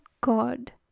God